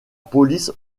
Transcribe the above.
police